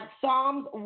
Psalms